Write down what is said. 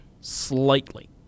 slightly